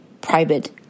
private